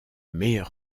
meilleur